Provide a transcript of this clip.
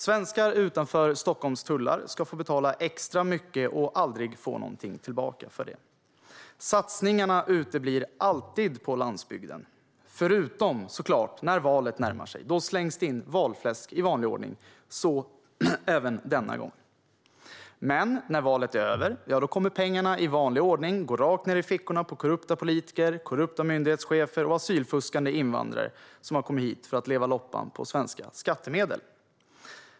Svenskar utanför Stockholms tullar ska få betala extra mycket och aldrig få tillbaka någonting för det. Satsningarna uteblir alltid på landsbygden, förutom när valet närmar sig, då slängs det in valfläsk i vanlig ordning, så även denna gång. Men när valet är över går pengarna i vanlig ordning rakt ned i fickorna på korrupta politiker, korrupta myndighetschefer och asylfuskande invandrare som har kommit hit för att leva loppan på svenska skattemedel.